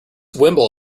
wimble